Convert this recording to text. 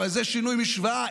אבל זה שינוי משוואה.